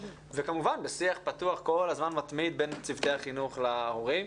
וכמובן בשיח פתוח ומתמיד כל הזמן בין צוותי החינוך להורים.